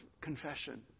confession